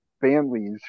families